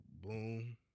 Boom